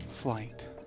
Flight